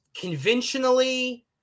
conventionally